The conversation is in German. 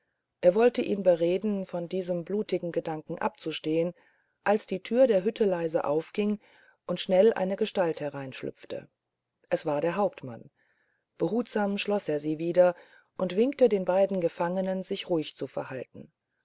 er wollte ihn bereden von diesem blutigen gedanken abzustehen als die türe der hütte leise aufging und schnell eine gestalt hereinschlüpfte es war der hauptmann behutsam schloß er wieder zu und winkte den beiden gefangenen sich ruhig zu verhalten